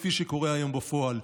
כפי שקורה היום בפועל.